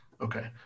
Okay